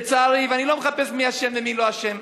לצערי, ואני לא מחפש מי אשם ומי לא אשם,